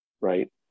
right